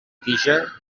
tija